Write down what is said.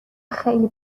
خیلی